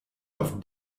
auf